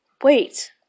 Wait